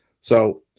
So-